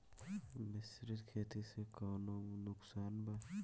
मिश्रित खेती से कौनो नुकसान बा?